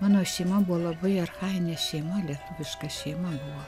mano šeima buvo labai archajinė šeima lietuviška šeima buvo